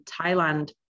Thailand